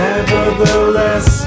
Nevertheless